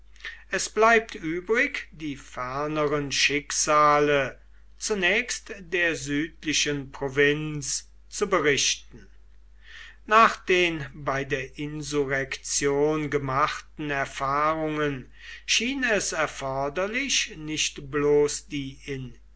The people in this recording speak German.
es bleibt übrig die ferneren schicksale zunächst der südlichen provinz zu berichten nach den bei der insurrektion gemachten erfahrungen schien es erforderlich nicht bloß die